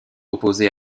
opposé